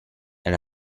and